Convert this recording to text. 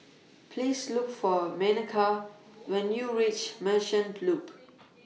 Please Look For Makena when YOU REACH Merchant Loop